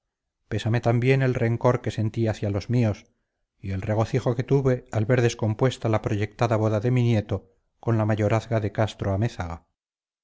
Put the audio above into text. pésame también el rencor que sentí hacia los míos y el regocijo que tuve al ver descompuesta la proyectada boda de mi nieto con la mayorazga de castro-amézaga pésanme mis